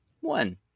One